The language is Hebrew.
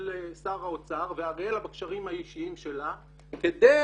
שר האוצר ואריאלה בקשרים האישיים שלה כדי